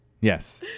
Yes